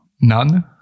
none